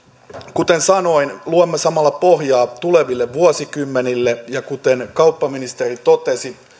kuten sanoin luomme samalla pohjaa tuleville vuosikymmenille ja kuten kauppaministeri totesi